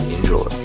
Enjoy